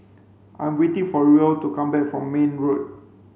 I'm waiting for Ruel to come back from Mayne Road